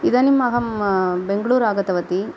इदानीं अहं बेङ्गलूर् आगतवती